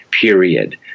period